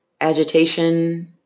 agitation